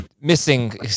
missing